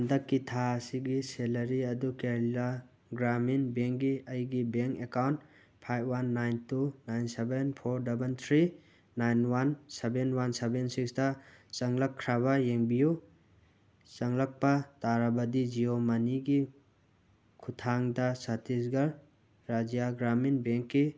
ꯍꯟꯗꯛꯀꯤ ꯊꯥ ꯑꯁꯤꯒꯤ ꯁꯦꯂꯔꯤ ꯑꯗꯨ ꯀꯦꯔꯂꯥ ꯒ꯭ꯔꯥꯃꯤꯟ ꯕꯦꯡꯒꯤ ꯑꯩꯒꯤ bank account five one nine two nine seven four double three nine one seven one seven ꯁꯤꯛꯁꯇ ꯆꯪꯂꯛꯈ꯭ꯔꯕ ꯌꯦꯡꯕꯤꯌꯨ ꯆꯪꯂꯛꯄ ꯇꯥꯔꯕꯗꯤ ꯖꯤꯑꯣ ꯃꯅꯤꯒꯤ ꯈꯨꯠꯊꯥꯡꯗ ꯁꯇꯤꯁꯒꯔ ꯔꯥꯖ꯭ꯌ ꯒ꯭ꯔꯥꯃꯤꯟ ꯕꯦꯡꯀꯤ